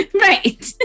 Right